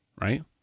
Right